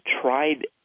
tried